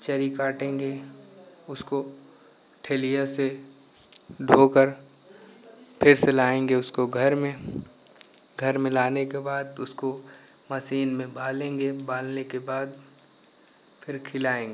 चरी काटेंगे उसको ठेलिया से ढोकर फिर से लाएंगे उसको घर में घर में लाने के बाद उसको मशीन में बालेंगे बालने के बाद फिर खिलाएंगे